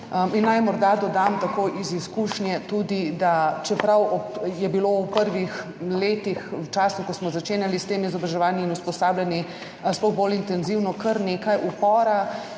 Naj morda dodam, tudi na podlagi izkušnje, da čeprav je bilo v prvih letih, v času, ko smo začenjali s temi izobraževanji in usposabljanji, sploh bolj intenzivno, kar nekaj upora,